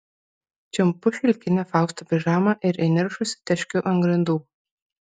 čiumpu šilkinę fausto pižamą ir įniršusi teškiu ant grindų